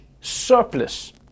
surplus